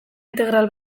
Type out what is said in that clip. integral